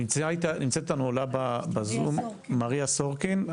נמצאת איתנו עולה בזום, מריה סורקינה.